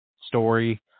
story